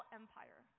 empire